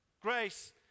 grace